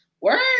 Word